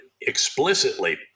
explicitly